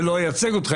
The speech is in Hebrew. ולא אייצג אותך,